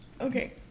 Okay